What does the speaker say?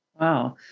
wow